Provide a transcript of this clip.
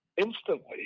instantly